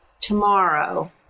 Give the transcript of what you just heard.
tomorrow